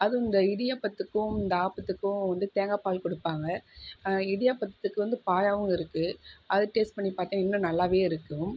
அதுவும் இந்த இடியாப்பத்துக்கும் இந்த ஆப்பத்துக்கும் வந்து தேங்காய்பால் கொடுப்பாங்க இடியாப்பத்துக்கு வந்து பாயாவும் இருக்கு அது டேஸ்ட் பண்ணி பார்த்தா இன்னும் நல்லாவே இருக்கும்